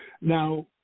Now